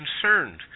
concerned